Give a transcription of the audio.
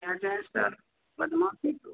किया जाएँ सर बदमाशी तो